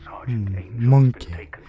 Monkey